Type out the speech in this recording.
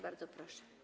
Bardzo proszę.